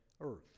earth